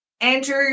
Andrew